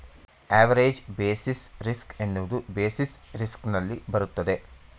average basis risk ಎನ್ನುವುದು basis risk ನಲ್ಲಿ ಬರುತ್ತದೆ